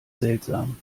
seltsam